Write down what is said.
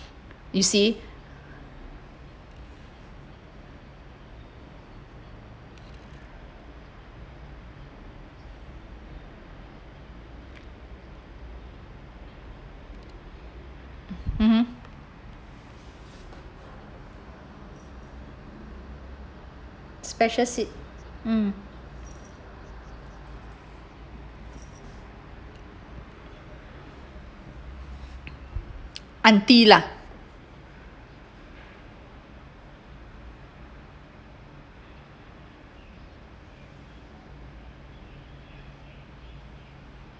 you see (uh huh) special seat mm auntie lah